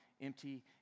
empty